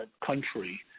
country